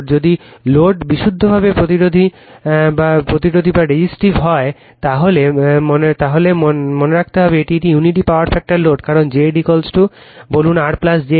যদি লোড বিশুদ্ধভাবে প্রতিরোধী হয় তার মানে হল এটি ইউনিটি পাওয়ার ফ্যাক্টর লোড কারণ Z বলুন R j X